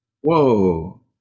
Whoa